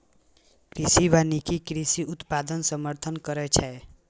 कृषि वानिकी कृषि उत्पादनक समर्थन करै छै